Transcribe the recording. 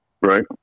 right